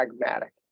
pragmatic